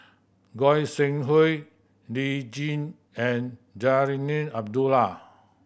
Goi Seng Hui Lee Tjin and Zarinah Abdullah